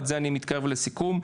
אני מתקרב לסיכום,